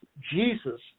Jesus